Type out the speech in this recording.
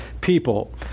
people